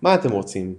"מה אתם רוצים,